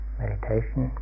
meditation